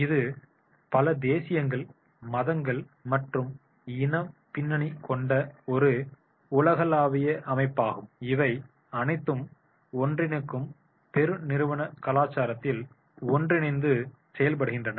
இது பல தேசியங்கள் மதங்கள் மற்றும் இனப் பின்னணியைக் கொண்ட ஒரு உலகளாவிய அமைப்பாகும் இவை அனைத்தும் ஒன்றிணைக்கும் பெருநிறுவன கலாச்சாரத்தில் ஒன்றிணைந்து செயல்படுகின்றன